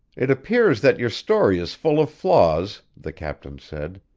it appears that your story is full of flaws, the captain said.